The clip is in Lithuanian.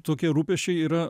tokie rūpesčiai yra